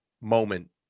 moment